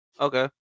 Okay